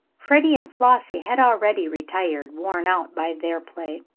freddie and flossie had already retired, worn out by their play.